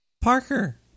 Parker